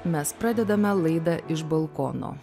mes pradedame laidą iš balkono